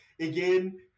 Again